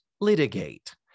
litigate